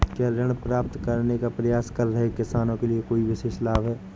क्या ऋण प्राप्त करने का प्रयास कर रहे किसानों के लिए कोई विशेष लाभ हैं?